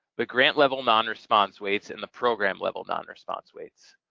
the grant-level non-response weights and the program-level non-response weights.